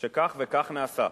שכך וכך נעשה.